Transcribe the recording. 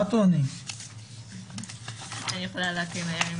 את יכולה להקריא מהר?